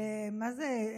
מה זה?